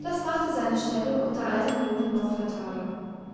das machte seine stellung unter all den jungen noch fataler